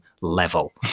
level